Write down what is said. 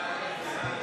ההצעה